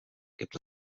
gibt